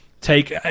take